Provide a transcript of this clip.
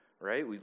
right